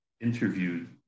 interviewed